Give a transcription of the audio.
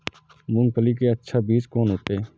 मूंगफली के अच्छा बीज कोन होते?